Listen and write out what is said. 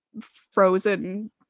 frozen